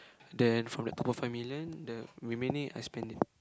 then from the two point five million the remaining I spend it